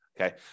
Okay